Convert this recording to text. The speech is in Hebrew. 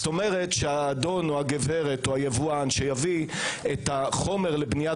כלומר האדון או הגברת או היבואן שיביא את החומר לבניית